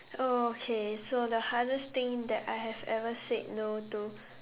oh okay so the hardest thing that I have ever said no to